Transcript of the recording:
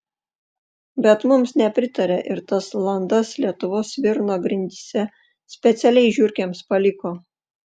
bet mums nepritarė ir tas landas lietuvos svirno grindyse specialiai žiurkėms paliko